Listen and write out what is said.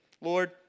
Lord